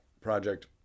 project